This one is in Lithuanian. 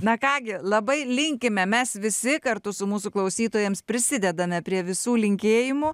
na ką gi labai linkime mes visi kartu su mūsų klausytojams prisidedame prie visų linkėjimų